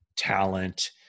talent